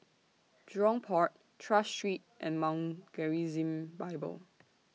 Jurong Port Tras Street and Mount Gerizim Bible